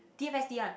D_M_S_T one